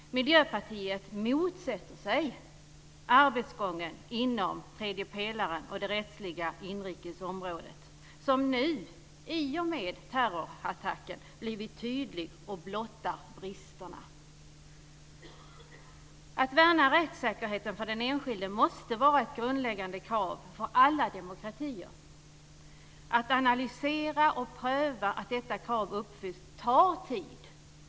Miljöpartiet motsätter sig arbetsgången inom tredje pelaren och det rättsliga inrikesområdet som nu, i och med terrorattacken, blivit tydlig och blottar bristerna. Att värna rättssäkerheten för den enskilde måste vara ett grundläggande krav för alla demokratier. Att analysera och pröva att detta krav uppfylls tar tid.